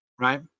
right